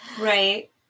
Right